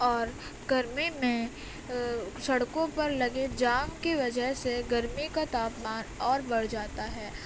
اور گرمی میں سڑکوں پر لگے جام کی وجہ سے گرمی کا تاپمان اور بڑھ جاتا ہے